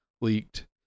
leaked